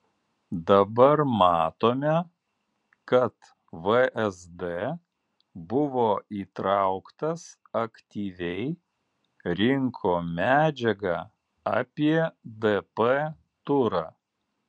dabar matome kad vsd buvo įtrauktas aktyviai rinko medžiagą apie dp turą